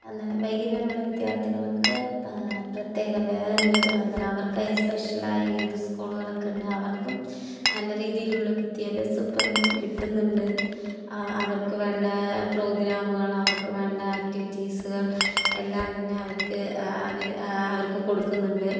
എന്നാൽ വൈകല്യമുള്ള വിദ്യാർത്ഥികൾക്ക് പ പ്രത്യേകം വേറൊരു എന്താണ് അവർക്കായി സ്പെഷ്യലായി ഇങ്ങനത്തെ സ്കൂളുകളൊക്കെ ഉണ്ട് അവർക്കും നല്ല രീതിയിലുള്ള വിദ്യഭ്യാസം ഇപ്പോൾ കിട്ടുന്നുണ്ട് അ അവർക്കു വേണ്ട പ്രോഗ്രാമ്മുകൾ അവർക്കുവേണ്ട ആക്ടിവിറ്റീസുകൾ എല്ലാം തന്നെ അവർക്ക് അവ അവർക്കുകൊടുക്കുന്നുണ്ട്